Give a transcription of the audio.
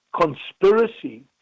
conspiracy